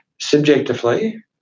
subjectively